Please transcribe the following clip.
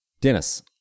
Dennis